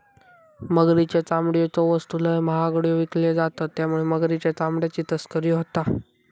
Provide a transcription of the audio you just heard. मगरीच्या चामड्याच्यो वस्तू लय महागड्यो विकल्यो जातत त्यामुळे मगरीच्या चामड्याची तस्करी होता